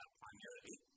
primarily